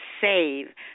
save